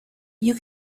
you